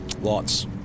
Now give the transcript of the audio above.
Lots